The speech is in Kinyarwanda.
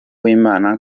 w’imana